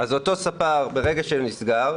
ברגע שאותו ספר נסגר,